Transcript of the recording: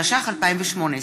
התשע"ח 2018,